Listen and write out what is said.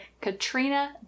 Katrina